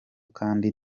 kandi